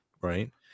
Right